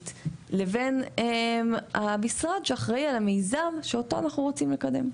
לבין המשרד שאחראי על המיזם שאותו אנחנו רוצים לקדם.